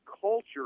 culture